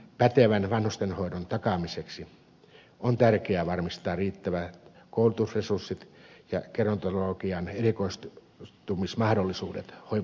pätevän vanhustenhoidon takaamiseksi on tärkeää varmistaa riittävät koulutusresurssit ja gerontologian erikoistumismahdollisuudet hoivahenkilöstölle